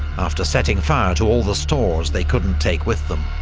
after setting fire to all the stores they couldn't take with them.